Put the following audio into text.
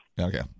Okay